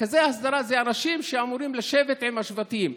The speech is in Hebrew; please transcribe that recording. רכזי הסדרה הם אנשים שאמורים לשבת עם השבטים,